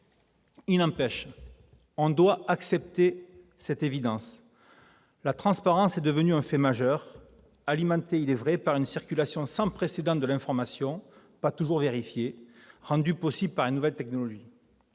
Il n'empêche, on doit accepter cette évidence : la transparence est devenue un fait majeur, alimenté par une circulation sans précédent de l'information, pas toujours vérifiée, rendue possible par les nouvelles technologies.